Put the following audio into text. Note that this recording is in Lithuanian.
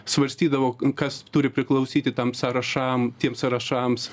svarstydavo kas turi priklausyti tam sąrašam tiems sąrašams